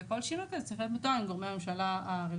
וכל שינוי כזה צריך להיות מתואם עם גורמי הממשלה הרלוונטיים,